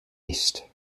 east